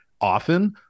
often